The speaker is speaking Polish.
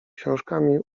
książkami